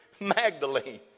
Magdalene